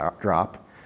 drop